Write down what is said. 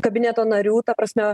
kabineto narių ta prasme